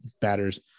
batters